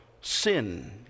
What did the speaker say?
sin